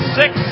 six